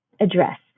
address